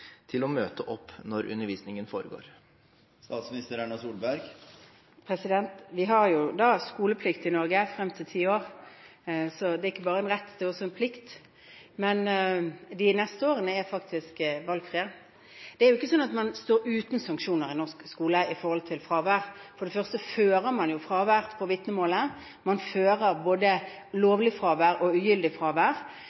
til å møte opp når undervisningen foregår. Vi har ti års skoleplikt i Norge, så det er ikke bare en rett, men også en plikt. Men de neste årene er faktisk valgfrie. Det er ikke sånn at man i norsk skole står uten sanksjoner når det gjelder fravær. For det første fører man jo fravær på vitnemålet, og man fører både